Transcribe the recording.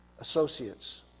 associates